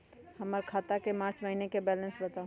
हमर खाता के मार्च महीने के बैलेंस के बताऊ?